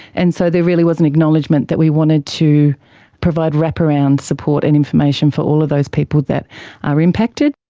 and so there really was an acknowledgement that we wanted to provide wraparound support and information for all of those people that are impacted.